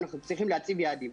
אנחנו צריכים להציב יעדים.